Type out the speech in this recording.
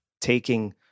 taking